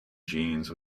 jeans